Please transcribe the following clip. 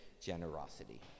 generosity